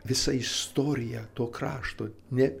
visą istoriją to krašto ne